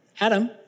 Adam